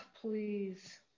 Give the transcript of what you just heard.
please